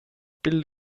pil